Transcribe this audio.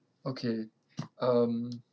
okay um